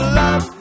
love